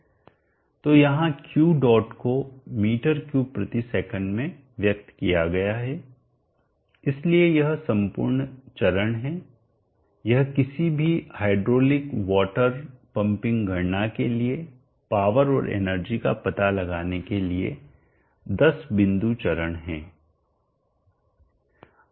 तो यहाँ Q dot को m3 sec में व्यक्त किया गया है इसलिए यह संपूर्ण चरण है यह किसी भी हाइड्रोलिक वॉटर पम्पिंग गणना के लिए पावर और एनर्जी का पता लगाने के लिए 10 बिंदु चरण है